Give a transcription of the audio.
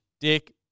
dick